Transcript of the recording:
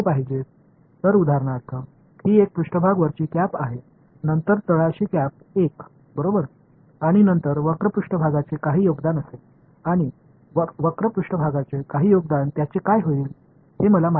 எனவே இது உதாரணமாக இது ஒரு மேற்பரப்பு மேல் தொப்பி பின்னர் கீழ் தொப்பி பின்னர் வளைந்த மேற்பரப்பில் இருந்து சில பங்களிப்புகள் இருக்கப் போகிறது மேலும் வளைந்த மேற்பரப்பில் இருந்து என்ன பங்களிப்பு நடக்கும் என்பதை நான் அறிவேன்